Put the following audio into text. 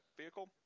vehicle